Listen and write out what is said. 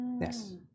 Yes